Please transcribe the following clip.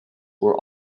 were